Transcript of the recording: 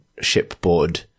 shipboard